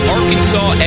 Arkansas